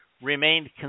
remained